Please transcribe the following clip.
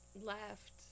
left